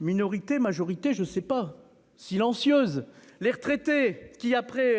Minorité majorité je sais pas silencieuse. Les retraités qui, après